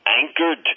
anchored